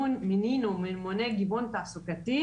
מינינו ממונה גיוון תעסוקתי,